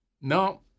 no